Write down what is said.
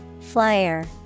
Flyer